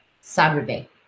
Saturday